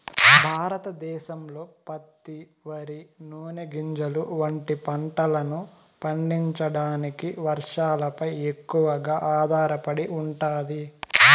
భారతదేశంలో పత్తి, వరి, నూనె గింజలు వంటి పంటలను పండించడానికి వర్షాలపై ఎక్కువగా ఆధారపడి ఉంటాది